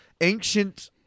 ancient